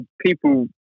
people